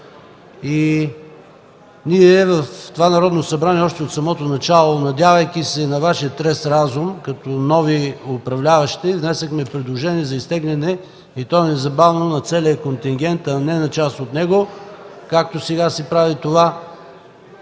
Ние в това Народно събрание още от самото начало, надявайки се на Вашия трезв разум като новоуправляващи, внесохме предложение за изтегляне, и то незабавно, на целия контингент, а не на част от него, както сега се прави това,